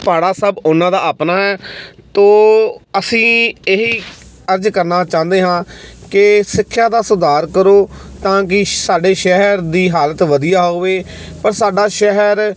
ਭਾੜਾ ਸਭ ਉਨ੍ਹਾਂ ਦਾ ਆਪਣਾ ਹੈ ਤੋ ਅਸੀਂ ਇਹੀ ਅਰਜ਼ ਕਰਨਾ ਚਾਹੁੰਦੇ ਹਾਂ ਕਿ ਸਿੱਖਿਆ ਦਾ ਸੁਧਾਰ ਕਰੋ ਤਾਂ ਕਿ ਸਾਡੇ ਸ਼ਹਿਰ ਦੀ ਹਾਲਤ ਵਧੀਆ ਹੋਵੇ ਪਰ ਸਾਡਾ ਸ਼ਹਿਰ